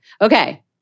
Okay